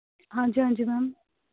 ਹਾਂਜੀ ਹਾਂਜੀ ਮੈਮ